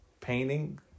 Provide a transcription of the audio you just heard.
painting